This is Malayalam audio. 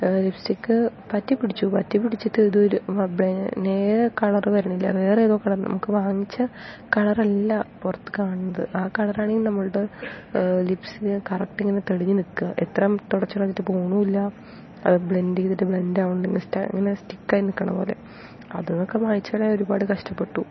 ലിപ്സ്റ്റിക്ക് പറ്റിപ്പിടിച്ചു പറ്റി പിടിച്ചിട്ട് ഇത് ഒരു കളർ വരുന്നില്ല വേറെ ഏതോ കളർ നമ്മൾക്കു വാങ്ങിച്ച കളർ അല്ല പുറത്ത് കാണുന്നത് ആ കളർ ആണെങ്കിൽ നമ്മളുടെ ലിപ്സില് കറക്റ്റ് ഇങ്ങനെ തെളിഞ്ഞു നിൽക്കുകയാ എത്ര തുടച്ചു കളഞ്ഞിട്ടും പോണൂല്ല അത് ബ്ലെൻഡ് ചെയ്തിട്ട് ബ്ലെൻഡ് ആവുന്നുമില്ല ജസ്റ്റ് ഇങ്ങനെ ജസ്റ്റ് സ്റ്റിക്കായി നിൽക്കണ പോലെ അതൊക്കെ മായ്ച്ചു കളയാൻ ഒരുപാട് കഷ്ടപ്പെട്ടു